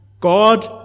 God